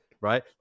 right